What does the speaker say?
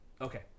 Okay